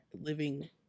living